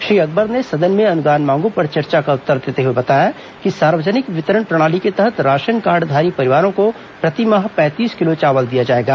श्री अकबर ने सदन में अनुदान मांगों पर चर्चा का उत्तर देते हुए बताया कि सार्वजनिक वितरण प्रणाली के तहत राशन कार्डधारी परिवारों को प्रति माह पैंतीस किलो चावल दिया जाएगा